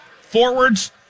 forwards